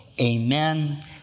amen